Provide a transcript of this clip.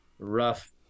Rough